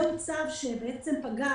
זהו צו שבעצם פקע